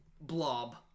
blob